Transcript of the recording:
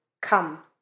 come